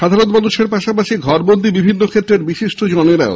সাধারণ মানুষের পাশাপাশি ঘরবন্দি বিভিন্ন ক্ষেত্রের বিশিষ্ট জনেরাও